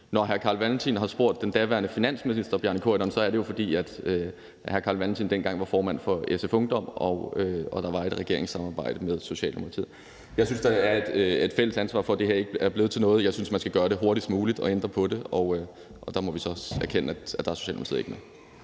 Når hr. Carl Valentin har spurgt den daværende finansminister Bjarne Corydon, er det jo, fordi hr. Carl Valentin dengang var formand for SF Ungdom og der var et regeringssamarbejde med Socialdemokratiet. Jeg synes, der er et fælles ansvar for, at det her ikke er blevet til noget. Jeg synes, man skal gøre det hurtigst muligt og ændre på det, og der må vi så erkende, at Socialdemokratiet ikke er